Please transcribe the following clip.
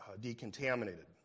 decontaminated